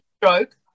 stroke